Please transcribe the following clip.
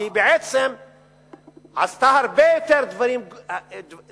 כי היא בעצם עשתה הרבה יותר דברים רעים,